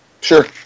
Sure